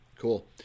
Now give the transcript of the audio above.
Cool